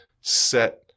set